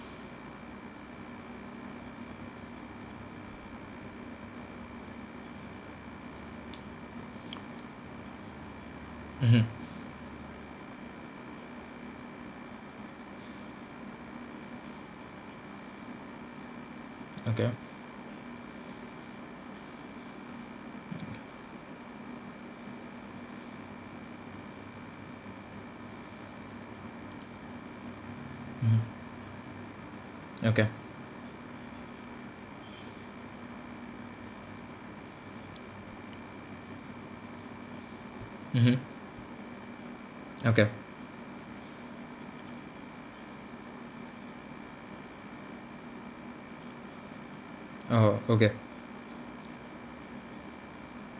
mmhmm okay mmhmm okay mmhmm okay oh okay